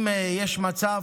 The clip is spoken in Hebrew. אם יש הצעת